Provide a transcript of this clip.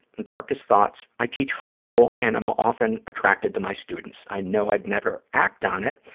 darkest thoughts. i teach high school and i'm often attracted to my students. i know i'd never act on it.